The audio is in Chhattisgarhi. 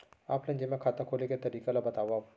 ऑफलाइन जेमा खाता खोले के तरीका ल बतावव?